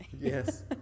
Yes